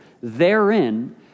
Therein